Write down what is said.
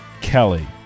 Kelly